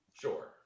Sure